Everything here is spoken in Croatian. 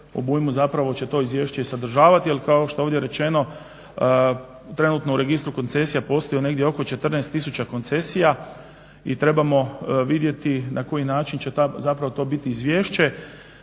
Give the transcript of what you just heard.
obujmu zapravo će to izvješće i sadržavati jer kao što je ovdje rečeno, trenutno u Registru koncesija postoji negdje oko 14000 koncesija i trebamo vidjeti na koji način će to zapravo biti izvješće.